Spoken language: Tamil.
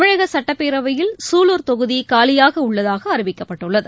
தமிழகசட்டப்பேரவையில் சூலூர் தொகுதிகாலியாகஉள்ளதாகஅறிவிக்கப்பட்டுள்ளது